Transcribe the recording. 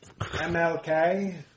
MLK